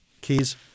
Keys